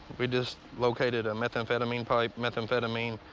we just located a methamphetamine pipe, methamphetamine,